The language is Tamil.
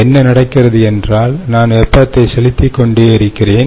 என்ன நடக்கிறது என்றால் நான் வெப்பத்தை செலுத்திக் கொண்டே இருக்கிறேன்